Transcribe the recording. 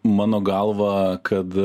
mano galva kad